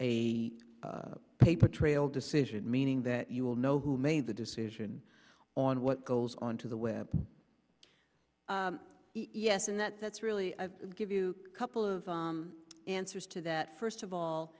a paper trail decision meaning that you will know who made the decision on what goes on to the web yes and that that's really give you a couple of answers to that first of all